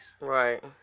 Right